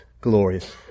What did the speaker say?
glorious